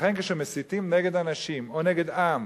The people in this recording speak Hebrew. לכן כשמסיתים נגד אנשים או נגד עם,